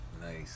Nice